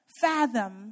fathom